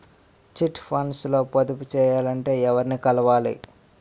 Chit funds లో పొదుపు చేయాలంటే ఎవరిని కలవాలి?